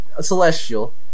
celestial